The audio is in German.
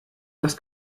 das